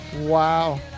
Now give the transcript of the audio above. Wow